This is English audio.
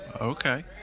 Okay